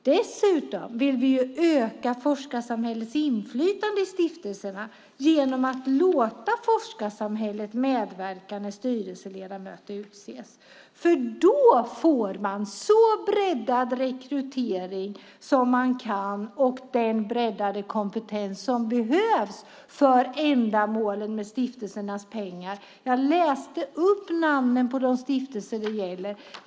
Dessutom vill vi öka forskarsamhällets inflytande i stiftelserna genom att låta forskarsamhället medverka när styrelseledamöter utses eftersom man då får en breddad rekrytering och den breddade kompetens som behövs för ändamålen med stiftelsernas pengar. Jag läste upp namnen på de stiftelser som det gäller.